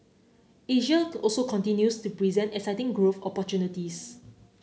Asia also continues to present exciting growth opportunities